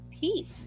Pete